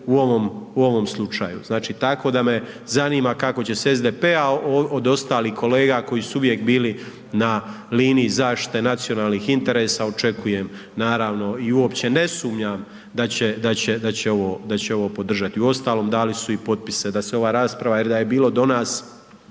u ovom slučaju, tako da me zanima kako će se SDP, a od ostalih kolega koji su uvijek bili na liniji zaštite nacionalnih interesa, očekujem naravno i uopće ne sumnjam da će ovo podržati. Uostalom, dali su i potpise da se ova rasprava jer da je bilo do nas,